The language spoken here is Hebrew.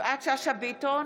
יפעת שאשא ביטון,